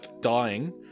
dying